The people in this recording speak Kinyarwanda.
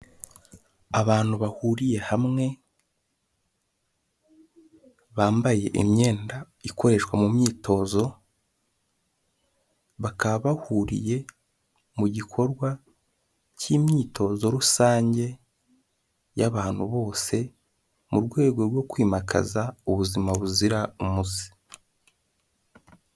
Abantu bahuriye hamwe bambaye imyenda ikoreshwa mu myitozo, bakaba bahuriye mu gikorwa cy'imyitozo rusange y'abantu bose mu rwego rwo kwimakaza ubuzima buzira umuze.